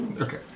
Okay